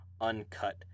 uncut